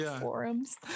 forums